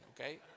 okay